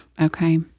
Okay